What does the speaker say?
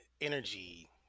energy